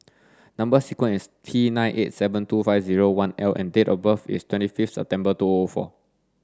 number sequence is T nine eight seven two five zero one L and date of birth is twenty fifth September two O O four